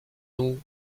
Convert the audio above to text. nous